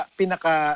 pinaka